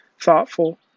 thoughtful